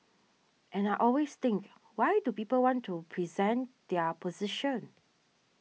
and I always think why do people want to present their position